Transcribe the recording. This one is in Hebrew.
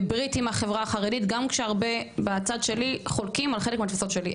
בברית עם החברה החרדית גם כשהרבה בצד שלי חולקים על חלק מהתפיסות שלי,